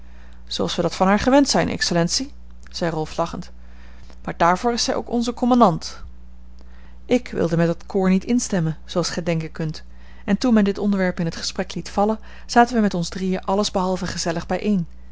zooals we dat van haar gewend zijn excellentie zei rolf lachend maar daarvoor is zij ook onze commandant ik wilde met dat koor niet instemmen zooals gij denken kunt en toen men dit onderwerp in t gesprek liet vallen zaten wij met ons drieën alles behalve gezellig bijeen